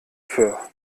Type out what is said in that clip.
für